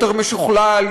יותר משוכלל,